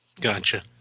Gotcha